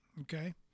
Okay